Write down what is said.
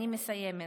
אני מסיימת.